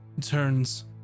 turns